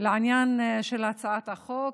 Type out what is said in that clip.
לעניין של הצעת החוק,